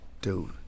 dude